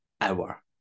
hour